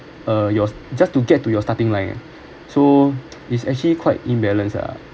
uh your just to get to your starting line eh so it's actually quite imbalance ah